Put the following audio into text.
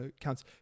counts